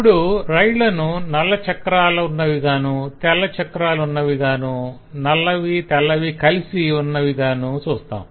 ఇప్పుడు రైళ్ళను నల్ల చక్రాలున్నవిగాను తెల్ల చక్రాలున్నవిగాను నల్లవి తెల్లవి కలసి ఉన్నవిగాను చూస్తాం